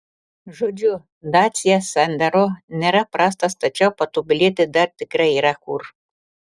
žodžiu dacia sandero nėra prastas tačiau patobulėti dar tikrai yra kur